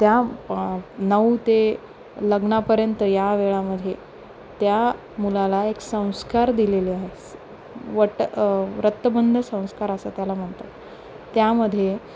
त्यानऊ ते लग्नापर्यंत या वेळामध्ये त्या मुलाला एक संस्कार दिलेले आहेत वट व्रतबंध संस्कार असं त्याला म्हणतात त्यामध्ये